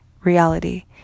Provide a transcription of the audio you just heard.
reality